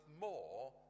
more